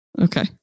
Okay